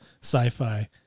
sci-fi